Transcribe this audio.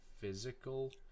physical